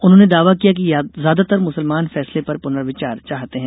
उन्होंने दावा किया कि ज्यादातर मुसलमान फैसले पर पुनर्विचार चाहते हैं